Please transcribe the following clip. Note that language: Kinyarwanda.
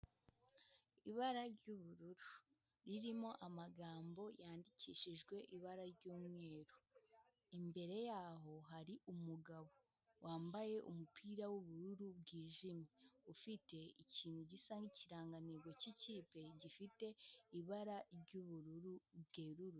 Ibara ry'ubururu, ririmo amagambo yandikishijwe ibara ry'umweru, imbere yaho hari umugabo, wambaye umupira w'ubururu bwijimye, ufite ikintu gisa nk'ikirangantego k'ikipe gifite ibara ry'ubururu bwerurutse.